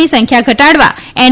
ની સંખ્યા ઘટાડવા એન